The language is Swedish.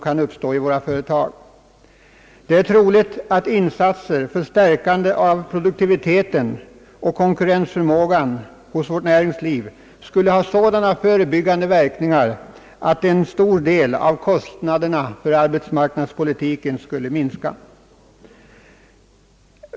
Det är troligt att insatser för stärkande av produktiviteten och vårt näringslivs konkurrensförmåga skulle ha sådana förebyggande verkningar att en stor del av kostnaderna för arbetsmarknadspolitiken kunde bortfalla.